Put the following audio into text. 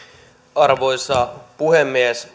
arvoisa puhemies